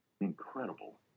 incredible